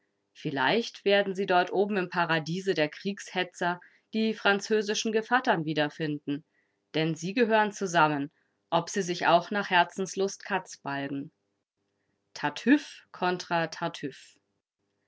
vielleicht werden sie dort oben im paradiese der kriegshetzer die französischen gevattern wiederfinden denn sie gehören zusammen ob sie sich auch nach herzenslust katzbalgen tartüff kontra tartüff